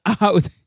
out